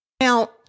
now